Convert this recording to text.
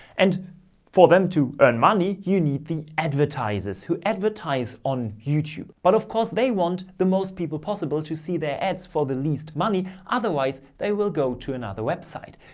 and for them to earn money, you need the advertisers who advertise on youtube. but of course, they want the most people possible to see their ads for the least money. otherwise, they will go to another web site.